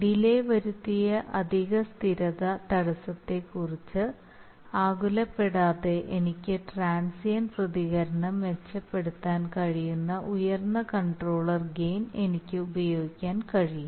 delay വരുത്തിയ അധിക സ്ഥിരത തടസ്സത്തെക്കുറിച്ച് ആകുലപ്പെടാതെ എനിക്ക് ട്രാൻസിയൻറ്റ് പ്രതികരണം മെച്ചപ്പെടുത്താൻ കഴിയുന്ന ഉയർന്ന കൺട്രോളർ ഗെയിൻ എനിക്ക് ഉപയോഗിക്കാൻ കഴിയും